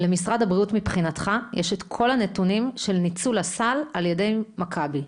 למשרד הבריאות יש מבחינתך את כל הנתונים של ניצול הסל על ידי מכבי,